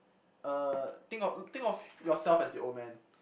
uh think of think of yourself as the old man